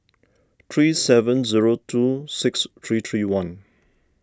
three seven zero two six three three one